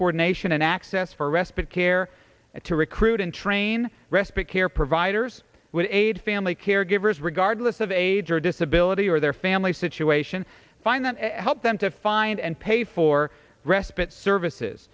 coordination and access for respite care to recruit and train respite care providers with aide family caregivers regardless of age or disability or their family situation find them help them to find and pay for respite services